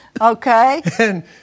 Okay